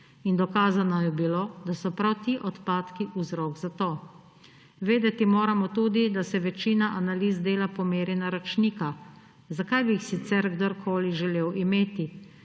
in dokazano je bilo, da so prav ti odpadki vzrok za to. Vedeti moramo tudi, da se večina analiz dela po meri naročnika. Zakaj bi jih sicer kdorkoli želel imeti?